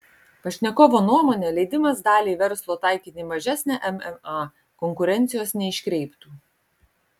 pašnekovo nuomone leidimas daliai verslo taikyti mažesnę mma konkurencijos neiškreiptų